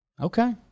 Okay